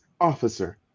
officer